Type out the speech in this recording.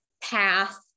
path